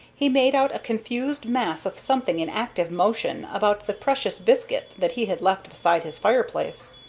he made out a confused mass of something in active motion about the precious biscuit that he had left beside his fireplace.